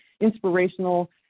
inspirational